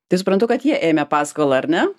tai suprantu kad jie ėmė paskolą ar ne